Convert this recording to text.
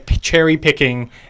cherry-picking